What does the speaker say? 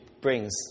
brings